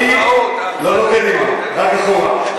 אני לא בקדימה, רק אחורה.